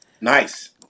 Nice